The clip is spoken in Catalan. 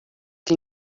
que